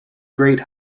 great